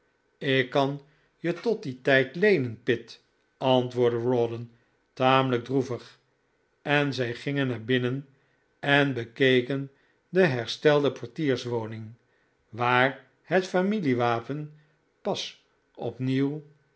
ik kan je tot dien tijd leenen pitt antwoordde rawdon tamelijk droevig en zij gingen naar binnen en bekeken de herstelde portierswoning waar het familiewapen pas opnieuw